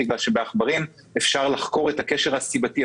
כי שם אפשר לחקור את הקשר הסיבתי,